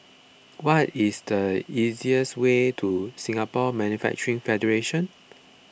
what is the easiest way to Singapore Manufacturing Federation